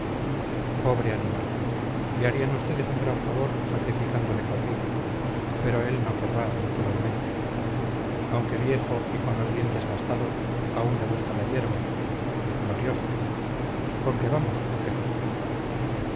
pobre animal le harían ustedes un gran favor sacrificándole conmigo pero él no querrá naturalmente aunque viejo y con los dientes gastados aún le gusta la hierba glorioso con que vamos o